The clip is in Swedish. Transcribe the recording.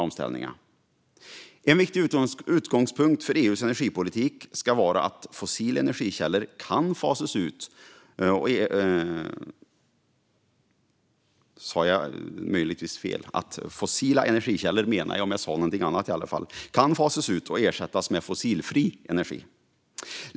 En viktig utgångspunkt för EU:s energipolitik ska vara att fossila energikällor kan fasas ut och ersättas med fossilfri energi.